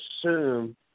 assume